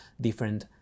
different